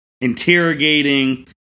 interrogating